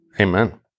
Amen